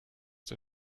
der